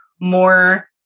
more